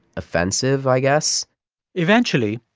offensive i guess eventually,